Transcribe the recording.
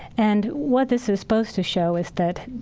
and what this is supposed to show is that,